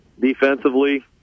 defensively